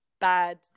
bad